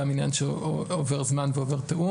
גם העניין שעובר זמן ותיאום.